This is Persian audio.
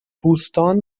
بوستان